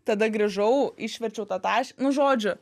tada grįžau išverčiau tą tašę nu žodžiu